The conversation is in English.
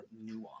nuance